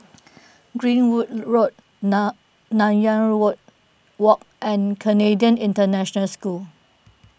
Goodwood Road Nan Nanyang Road Walk and Canadian International School